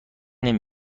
نمی